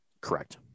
Correct